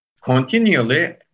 continually